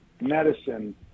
medicine